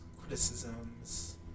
criticisms